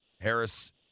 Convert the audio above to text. harris